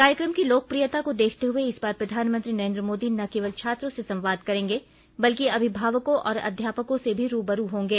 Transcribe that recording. कार्यक्रम की लोकप्रियता को देखते हुए इस बार प्रधानमंत्री नरेन्द्र मोदी न केवल छात्रों से संवाद करेंगे बल्कि अभिभावकों और अध्यापकों से भी रू ब रू होंगे